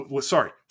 Sorry